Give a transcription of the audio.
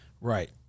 Right